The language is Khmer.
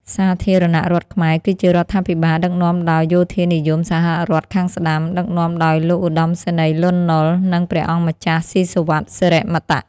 សាធារណរដ្ឋខ្មែរ គឺជារដ្ឋាភិបាលដឹកនាំដោយយោធានិយមសហរដ្ឋខាងស្តាំ ដឹកនាំដោយលោកឧត្តមសេនីយ៍លន់ នុល និងព្រះអង្គម្ចាស់សុីសុវិត សិរីមតៈ។